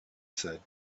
said